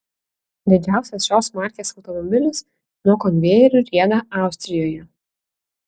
didžiausias šios markės automobilis nuo konvejerių rieda austrijoje